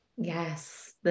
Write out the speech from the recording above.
Yes